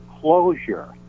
closure